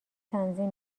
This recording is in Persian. تنظیم